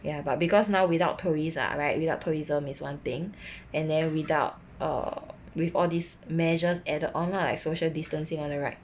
ya but because now without tourists ah right without tourism is one thing and then without err with all these measures added on lah the social distancing all that right